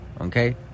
okay